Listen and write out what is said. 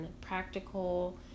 practical